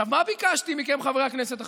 עכשיו, מה ביקשתי מכם, חברי הכנסת החרדים?